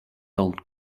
old